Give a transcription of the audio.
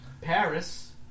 Paris